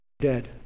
dead